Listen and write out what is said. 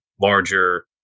larger